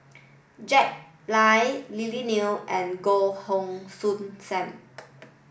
Jack Lai Lily Neo and Goh Heng Soon Sam